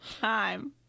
time